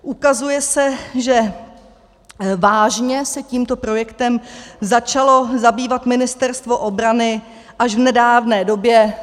Ukazuje se, že vážně se tímto projektem začalo zabývat Ministerstvo obrany až v nedávné době.